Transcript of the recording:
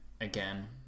again